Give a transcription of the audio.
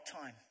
time